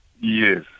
Yes